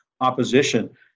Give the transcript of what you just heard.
opposition